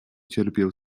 cierpiał